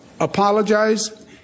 Apologize